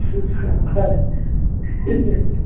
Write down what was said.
हय